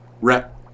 rep